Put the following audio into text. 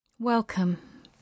Welcome